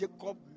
Jacob